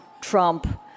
Trump